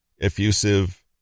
effusive